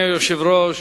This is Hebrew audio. אדוני היושב-ראש,